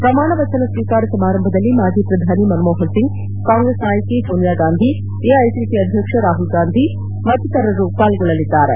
ಪ್ರಮಾಣವಚನ ಸ್ವೀಕಾರ ಸಮಾರಂಭದಲ್ಲಿ ಮಾಜಿ ಪ್ರಧಾನಿ ಮನಮೋಹನ್ಸಿಂಗ್ ಕಾಂಗ್ರೆಸ್ ನಾಯಕಿ ಸೋನಿಯಾಗಾಂಧಿ ಎಐಸಿಸಿ ಅಧ್ಯಕ್ಷ ರಾಹುಲ್ಗಾಂಧಿ ಮತ್ತಿತರರು ಪಾಲ್ಗೊಳ್ಳಲಿದ್ದಾರೆ